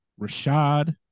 Rashad